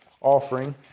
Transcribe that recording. offering